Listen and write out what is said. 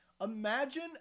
Imagine